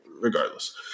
Regardless